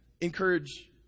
encourage